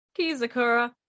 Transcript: Kizakura